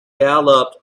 galloped